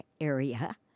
area